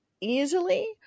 easily